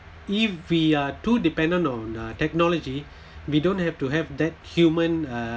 if we are too dependent on uh technology we don't have to have that human uh